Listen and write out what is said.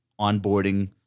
onboarding